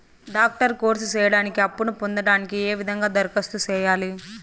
Doctor course సేయడానికి అప్పును పొందడానికి ఏ విధంగా దరఖాస్తు సేయాలి?